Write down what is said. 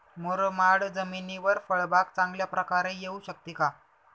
मुरमाड जमिनीवर फळबाग चांगल्या प्रकारे येऊ शकते का?